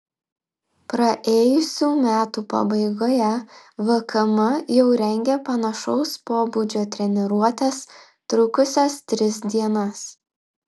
praėjusių metų pabaigoje vkm jau rengė panašaus pobūdžio treniruotes trukusias tris dienas